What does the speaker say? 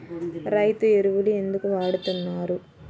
రైతు ఎరువులు ఎందుకు వాడుతున్నారు?